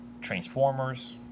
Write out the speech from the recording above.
Transformers